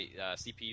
CPU